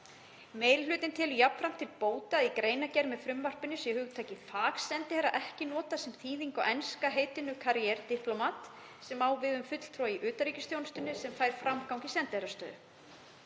Meiri hlutinn telur jafnframt til bóta að í greinargerð með frumvarpinu sé hugtakið „fagsendiherra“ ekki notað sem þýðing á enska heitinu „career diplomat“ sem á við um fulltrúa í utanríkisþjónustunni sem fær framgang í sendiherrastöðu.